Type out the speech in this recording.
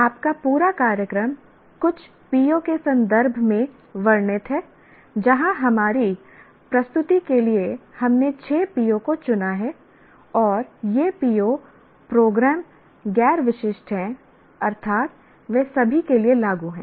आपका पूरा कार्यक्रम कुछ PO के संदर्भ में वर्णित है जहाँ हमारी प्रस्तुति के लिए हमने 6 PO को चुना और ये PO प्रोग्राम गैर विशिष्ट हैं अर्थात वे सभी के लिए लागू हैं